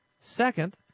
Second